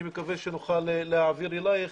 אני מקווה שנוכל להעביר אלייך